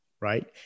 Right